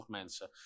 mensen